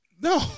No